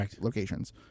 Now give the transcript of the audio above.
locations